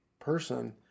person